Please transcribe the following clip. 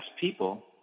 people